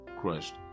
crushed